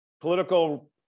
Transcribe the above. political